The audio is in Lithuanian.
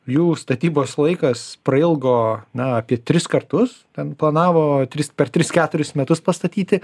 jų statybos laikas prailgo na apie tris kartus ten planavo tris per tris keturis metus pastatyti